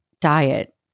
diet